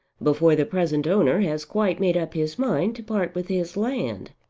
before the present owner has quite made up his mind to part with his land.